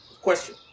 question